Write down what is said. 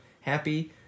happy